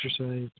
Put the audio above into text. exercise